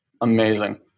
Amazing